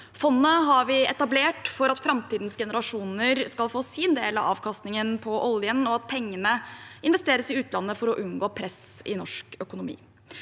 Fondet har vi etablert for at framtidens generasjoner skal få sin del av avkastningen på oljen, og pengene investeres i utlandet for å unngå press i norsk økonomi.